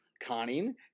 conning